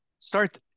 start